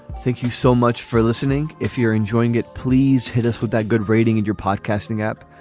thank you so much for listening. if you're enjoying it, please hit us with that good rating and your podcasting app.